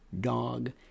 dog